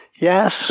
Yes